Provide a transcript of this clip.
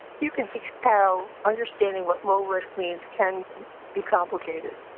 you can see how understanding what low risk means can be complicated.